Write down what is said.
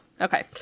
Okay